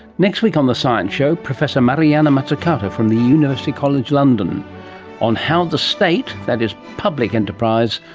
next week on the science show professor mariana mazzucato from the university college london on how the state, that is public enterprise,